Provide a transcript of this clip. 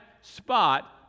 spot